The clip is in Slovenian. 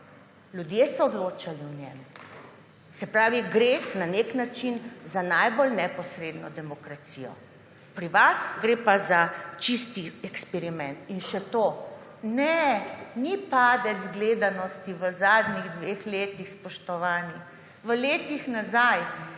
Ljudje so odločali o njem. Se pravi, gre na nek način za najbolj neposredno demokracijo. Pri vas gre pa za čisti eksperiment. In še to. Ne, ni padec gledanosti v zadnjih dveh letih, spoštovani, ampak v letih nazaj.